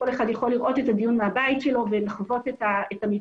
וכל אחד יכול לראות את הדיון מהבית שלו ולחוות את המתרחש.